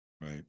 right